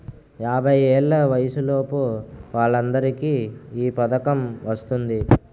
యాభై ఏళ్ల వయసులోపు వాళ్ళందరికీ ఈ పథకం వర్తిస్తుంది